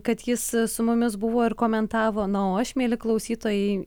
kad jis su mumis buvo ir komentavo na o aš mieli klausytojai